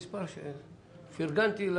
פרגנתי.